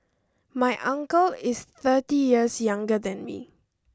my uncle is thirty years younger than me